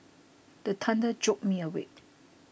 the thunder jolt me awake